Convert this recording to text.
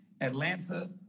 Atlanta